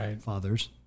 fathers